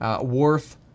worth